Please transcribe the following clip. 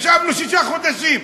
ישבנו שישה חודשים,